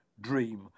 dream